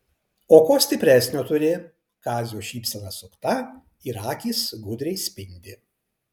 o ko stipresnio turi kazio šypsena sukta ir akys gudriai spindi